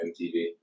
MTV